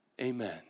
Amen